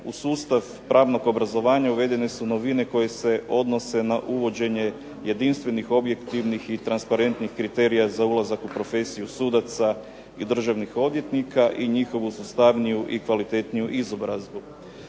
u sustav pravnog obrazovanja uvedene su novine koje se odnose na uvođenje jedinstvenih, objektivnih i transparentnih kriterija za ulazak u profesiju sudaca i državnih odvjetnika, i njihovu sustavniju i kvalitetniju izobrazbu.